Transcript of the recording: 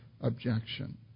objection